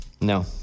No